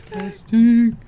testing